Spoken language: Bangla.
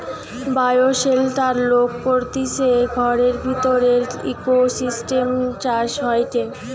বায়োশেল্টার লোক করতিছে ঘরের ভিতরের ইকোসিস্টেম চাষ হয়টে